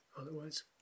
Otherwise